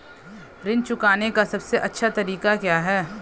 ऋण चुकाने का सबसे अच्छा तरीका क्या है?